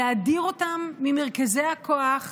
להדיר אותן ממרכזי הכוח,